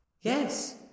yes